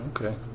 Okay